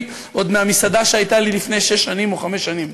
עוד מהמסעדה שהייתה לי לפני שש שנים או חמש שנים,